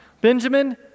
Benjamin